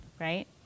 right